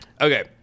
okay